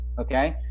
Okay